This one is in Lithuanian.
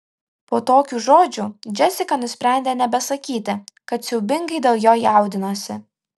po tokių žodžių džesika nusprendė nebesakyti kad siaubingai dėl jo jaudinosi